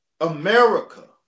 America